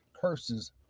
curses